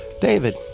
David